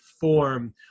form